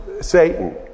Satan